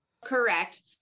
Correct